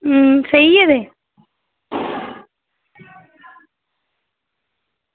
सेई गेदे